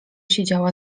siedziała